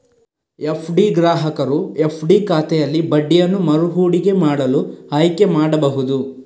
FD ಗ್ರಾಹಕರು FD ಖಾತೆಯಲ್ಲಿ ಬಡ್ಡಿಯನ್ನು ಮರು ಹೂಡಿಕೆ ಮಾಡಲು ಆಯ್ಕೆ ಮಾಡಬಹುದು